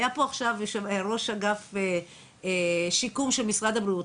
היה פה עכשיו ראש אגף שיקום של משרד הבריאות,